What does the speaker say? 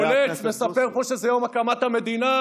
עולה ומספר פה שזה יום הקמת המדינה,